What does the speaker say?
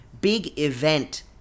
big-event